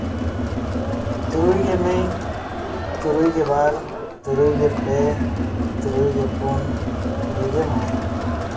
ᱛᱩᱨᱩᱭ ᱜᱮ ᱢᱤᱫ ᱛᱩᱨᱩᱭᱜᱮ ᱵᱟᱨ ᱛᱩᱨᱩᱭ ᱜᱮ ᱯᱮ ᱛᱩᱨᱩᱭ ᱜᱮ ᱯᱩᱱ ᱛᱩᱨᱩᱭ ᱜᱮ ᱢᱚᱬᱮ